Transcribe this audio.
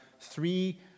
three